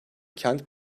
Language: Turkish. kent